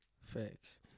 Facts